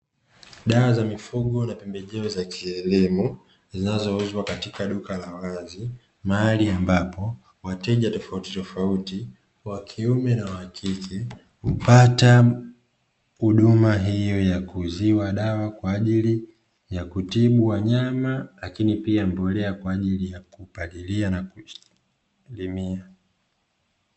Dawa za mifugo na pembejeo za kilimo zinazouzwa katika duka la wazi mahali ambapo wateja tofautitofauti wa kiume na wa kike hupata huduma hiyo ya kuuziwa dawa kwa ajili ya kutibu wanyama lakini pia mbolea kwa ajili ya kupalilia na kulimia.